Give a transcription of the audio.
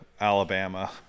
Alabama